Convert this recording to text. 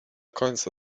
końca